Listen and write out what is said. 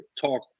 talk